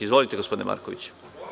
Izvolite, gospodine Markoviću.